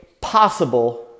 possible